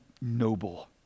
noble